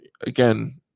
again